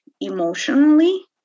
emotionally